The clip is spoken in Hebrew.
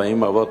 40 אבות,